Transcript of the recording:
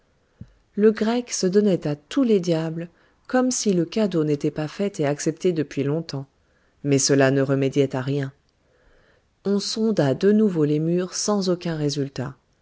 le grec se donnait à tous les diables comme si le cadeau n'était pas fait et accepté depuis longtemps mais cela ne remédiait à rien on sonda de nouveau les murs sans aucun résultat